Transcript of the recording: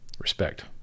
respect